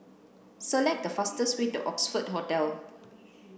select the fastest way to Oxford Hotel